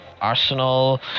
Arsenal